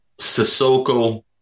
Sissoko